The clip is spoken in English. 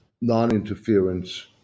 non-interference